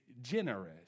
generous